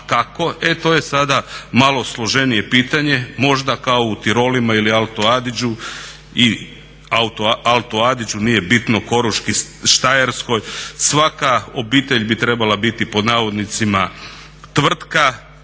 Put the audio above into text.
e to je sada malo složenije pitanje, možda kao u Tirolima ili Alto Adigeu i Alto Adigeu nije bitno Koruški Štajerskoj. Svaka obitelj bi trebala biti pod navodnicima tvrtka